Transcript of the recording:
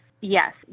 yes